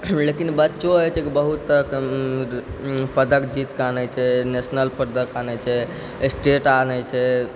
लेकिन बच्चो होइ छै बहुत तरहके पदक जीतकऽ आनै छै नेशनल पदक आनै छै स्टेट आनै छै